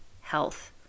health